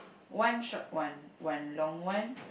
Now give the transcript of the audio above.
one short one one long one